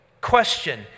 question